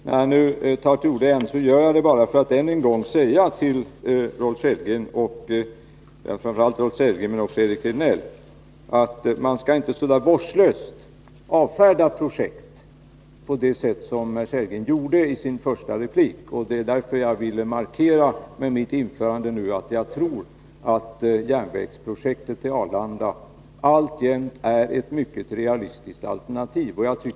När jag nu tar till orda gör jag det bara för att ännu en gång säga till framför allt Rolf Sellgren, men också till Eric Rejdnell, att man inte så vårdslöst skall avfärda projekt som Rolf Sellgren gjorde i sin första replik. Det är därför som jag i mitt inlägg har velat markera att jag tror att järnvägsprojektet till Arlanda alltjämt är ett mycket realistiskt alternativ.